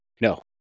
no